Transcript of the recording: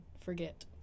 forget